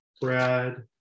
Brad